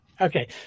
Okay